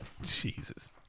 Jesus